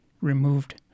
removed